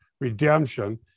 redemption